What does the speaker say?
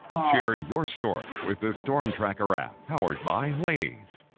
share your story with the storm tracker app powered by laneys.